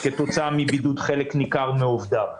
כתוצאה מבידוד חלק ניכר מעובדיו,